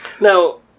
Now